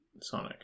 Sonic